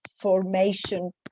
formation